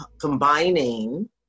combining